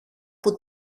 που